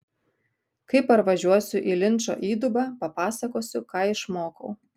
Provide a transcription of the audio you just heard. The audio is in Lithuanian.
kai parvažiuosiu į linčo įdubą papasakosiu ką išmokau